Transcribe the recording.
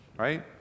right